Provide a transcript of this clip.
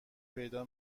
پیدا